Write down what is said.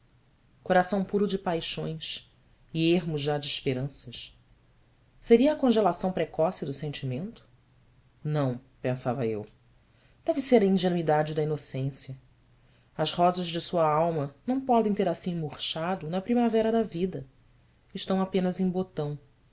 coração puro de paixões e ermo já de esperanças seria a congelação precoce do sentimento não pensava eu deve de ser a ingenuidade da inocência as rosas de sua alma não podem ter assim murchado na primavera da vida estão apenas em botão